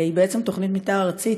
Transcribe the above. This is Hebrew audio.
היא בעצם תוכנית מתאר ארצית,